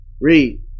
Read